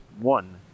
one